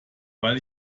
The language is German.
weil